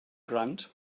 grunt